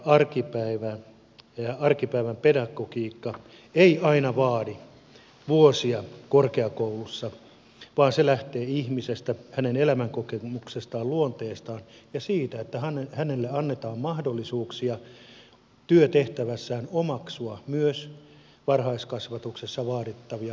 empatia ja arkipäivän pedagogiikka eivät aina vaadi vuosia korkeakoulussa vaan ne lähtevät ihmisestä hänen elämänkokemuksestaan luonteestaan ja siitä että hänelle annetaan mahdollisuuksia työtehtävässään omaksua myös varhaiskasvatuksessa vaadittavia pedagogisia taitoja